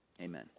amen